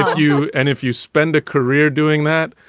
you and if you spend a career doing that,